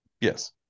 Yes